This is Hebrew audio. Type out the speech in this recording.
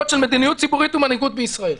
של מדיניות ציבורית ומנהיגות בישראל.